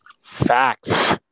Facts